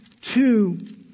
two